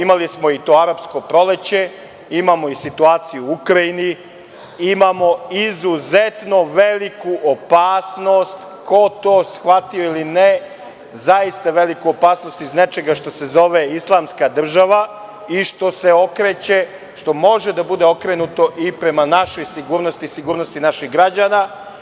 Imali smo i to „Arapsko proleće“, imamo i situaciju u Ukrajini, imamo izuzetno veliku opasnost ko to shvatio ili ne, veliku opasnost iz nečega što se zove islamska država i što se okreće, što mora da bude okrenuto i prema našoj sigurnosti i sigurnosti naših građana.